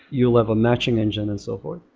you'll have a matching engine and so forth,